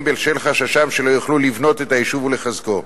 בשל חששם שלא יוכלו לבנות את היישוב ולחזקו.